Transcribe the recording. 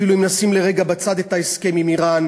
אפילו אם נשים לרגע בצד את ההסכם עם איראן,